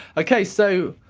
okay, so,